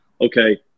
okay